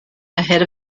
ahead